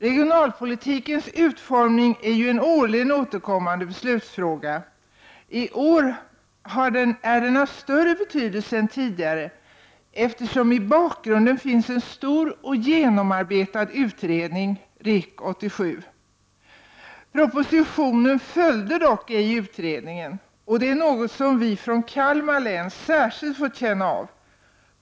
Regionalpolitikens utformning är ju en årligen återkommande beslutsfråga. I år är den av större betydelse än tidigare, eftersom i bakgrunden finns en stor och genomarbetad utredning, REK 87. Propositionen följde dock ej utredningen, och det är något som vi från Kalmar län särskilt fått känna av.